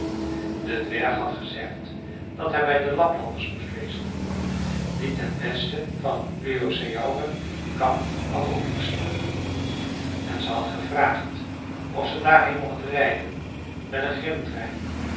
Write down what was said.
de dwerg had gezegd dat hij bij de laplanders moest wezen die ten westen van luossajaure hun kamp hadden opgeslagen en ze had gevraagd of ze daarheen mocht rijden met een